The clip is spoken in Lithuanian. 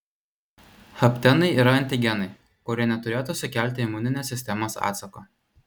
haptenai yra antigenai kurie neturėtų sukelti imuninės sistemos atsako